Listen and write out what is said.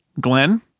glenn